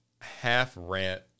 half-rant